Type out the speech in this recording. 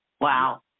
Wow